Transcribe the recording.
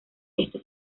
este